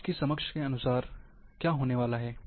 आज की समझ के अनुसार क्या होने वाला है